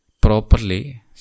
properly